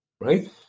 right